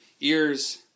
ears